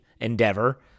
endeavor